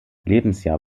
lebensjahr